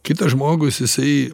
kitas žmogus jisai